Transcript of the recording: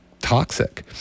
toxic